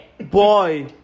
Boy